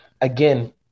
again